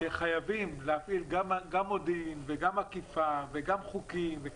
שחייבים להפעיל גם מודיעין וגם אכיפה וגם חוקים.